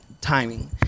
timing